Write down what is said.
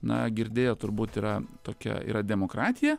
na girdėję turbūt yra tokia yra demokratija